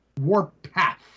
Warpath